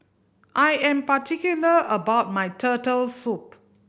I am particular about my Turtle Soup